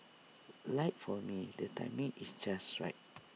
like for me the timing is just right